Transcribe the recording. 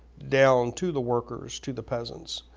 down to the workers, to the peasants.